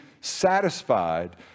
satisfied